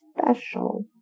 special